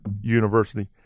university